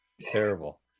Terrible